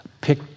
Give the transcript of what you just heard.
pick